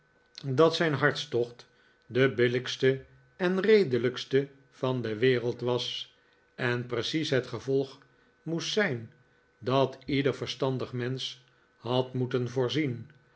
dat zijn hartstocht de billijkste eh redelijkste van de wereld was en precies het gevolg moest zijn dat ieder verstandig mensch had moeten voorzien